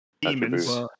demons